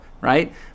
right